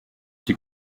die